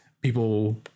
people